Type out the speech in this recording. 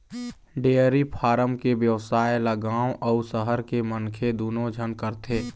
dairy farm के बेवसाय ल गाँव अउ सहर के मनखे दूनो झन करथे